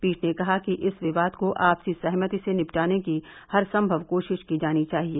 पीठ ने कहा कि इस विवाद को आपसी सहमति से निपटाने की हरसंगव कोशिश की जानी चाहिए